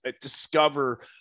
discover